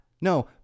no